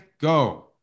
Go